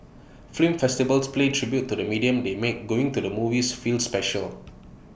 film festivals to play tribute to the medium they make going to the movies feel special